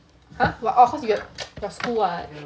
!huh! what orh cause you your school [what]